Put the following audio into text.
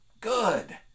good